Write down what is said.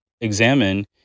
examine